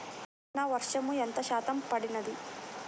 నిన్న వర్షము ఎంత శాతము పడినది?